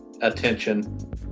attention